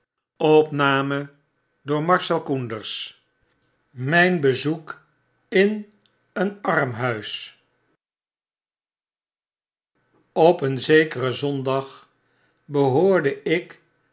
mijn bezoek in een armhuis op een zekeren zondag behoorde ik